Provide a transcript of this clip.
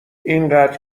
اینقدر